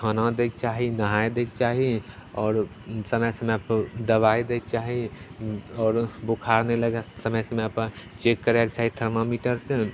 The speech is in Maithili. खाना दैके चाही नहै दैके चाही आओर समय समयपर दवाइ दैके चाही आओर बोखार नहि लागै समय समयपर चेक करैके चाही थरमामीटरसे